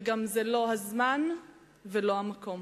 וגם זה לא הזמן ולא המקום.